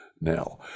now